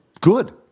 good